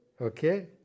Okay